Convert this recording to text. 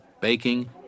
baking